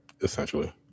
essentially